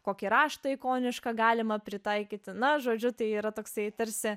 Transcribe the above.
kokį raštą ikonišką galima pritaikyti na žodžiu tai yra toksai tarsi